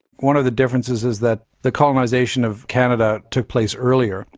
one of the differences is that the colonisation of canada took place earlier,